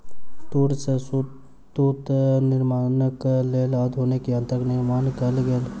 तूर सॅ सूत निर्माणक लेल आधुनिक यंत्रक निर्माण कयल गेल